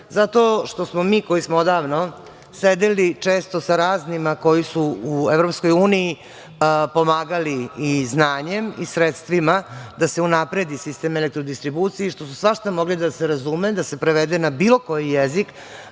zato što smo mi, koji smo odavno, sedeli često sa raznima koji su u EU, pomagali i znanjem i sredstvima da se unapredi sistem elektrodistribucije, što su svašta mogli da razume, da se prevede na bilo koji jezik,